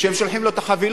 שהם שולחים לו את החבילות.